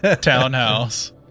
townhouse